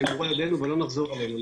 הם גם נאמרו על ידנו ולא נחזור עליהם.